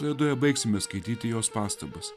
laidoje baigsime skaityti jos pastabas